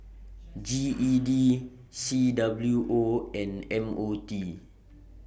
G E D C W O and M O T